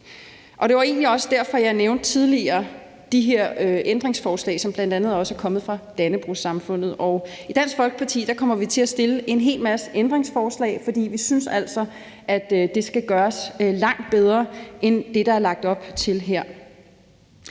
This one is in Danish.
også derfor, jeg tidligere nævnte de her ændringsforslag, som bl.a. også er kommet fra Dannebrogs-Samfundet. Og i Dansk Folkeparti kommer vi til at stille en hel masse ændringsforslag, fordi vi altså synes, at det skal gøres langt bedre end det, der er lagt op til her.